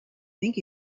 think